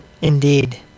Indeed